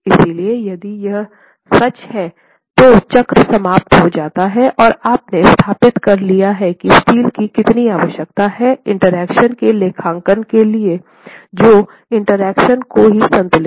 इसलिए यदि यह सच है तो चक्र समाप्त हो जाता है और आपने स्थापित कर लिया है कि स्टील की कितनी आवश्यकता है इंटरेक्शन के लेखांकन के लिए जो इंटरेक्शन को ही संतुष्ट करें